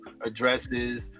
addresses